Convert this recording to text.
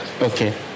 Okay